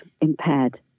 impaired